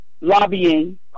lobbying